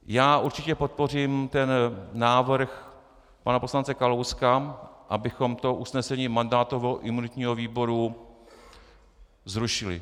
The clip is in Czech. Já určitě podpořím návrh pana poslance Kalouska, abychom usnesení mandátového a imunitního výboru zrušili.